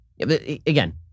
Again